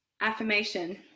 affirmation